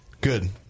good